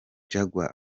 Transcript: jaguar